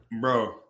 bro